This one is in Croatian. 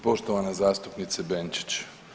Poštovana zastupnice Benčić.